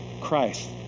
Christ